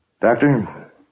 Doctor